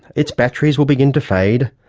its batteries will begin to fade,